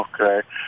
Okay